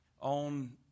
on